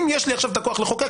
אם יש לי עכשיו את הכוח לחוקק,